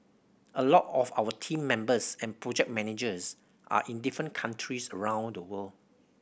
a lot of our team members and project managers are in different countries around the world